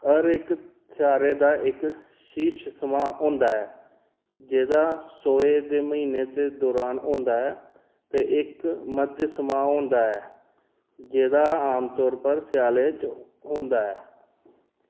हर इक चाह्रै दा इक शीर्श समां होंदा ऐ जेह्दा सोहै दे म्हीनें दे दुरान होंदा ऐ ते इक मद्ध समां होंदा ऐ जेह्दा आमतौरा पर स्यालै च होंदा ऐ